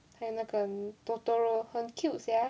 还有那个 totoro 很 cute sia